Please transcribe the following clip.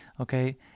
okay